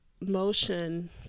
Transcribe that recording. motion